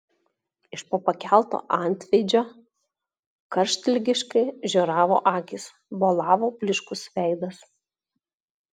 iš po pakelto antveidžio karštligiškai žioravo akys bolavo blyškus veidas